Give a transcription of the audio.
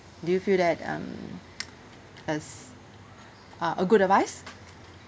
do you feel that um as uh a good advice